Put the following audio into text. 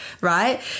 right